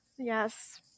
Yes